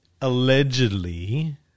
allegedly